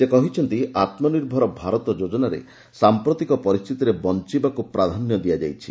ସେ କହିଛନ୍ତି ଆତ୍ମନିର୍ଭର ଭାରତ ଯୋଜନାରେ ସାଂପ୍ରତିକ ପରିସ୍ଥିତିରେ ବଞ୍ଚ୍ଚବାକୁ ପ୍ରାଧାନ୍ୟ ଦିଆଯାଇଛି